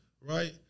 right